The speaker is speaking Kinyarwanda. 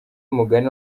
umugani